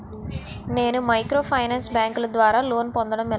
నేను మైక్రోఫైనాన్స్ బ్యాంకుల ద్వారా లోన్ పొందడం ఎలా?